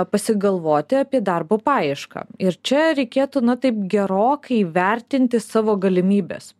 pasigalvoti apie darbo paiešką ir čia reikėtų na taip gerokai įvertinti savo galimybes